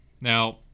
Now